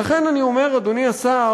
לכן אני אומר, אדוני השר,